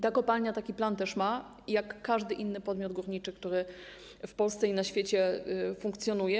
Ta kopalnia taki plan też ma, jak każdy inny podmiot górniczy, który w Polsce i na świecie funkcjonuje.